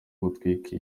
gutwika